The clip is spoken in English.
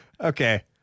okay